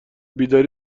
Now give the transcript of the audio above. بیداری